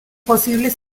posibles